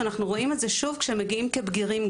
אנו רואים את זה שוב כשמגיעים כבגירים.